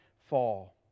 fall